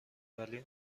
ولی